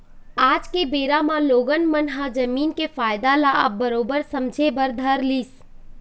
आज के बेरा म लोगन मन ह जमीन के फायदा ल अब बरोबर समझे बर धर लिस